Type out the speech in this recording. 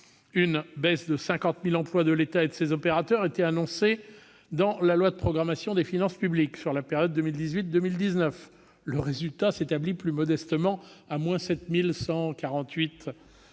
qu'une baisse de 50 000 emplois au sein de l'État et de ses opérateurs était annoncée dans la loi de programmation des finances publiques, sur la période 2018-2019 le résultat s'établit plus modestement à 7 148